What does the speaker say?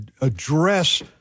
address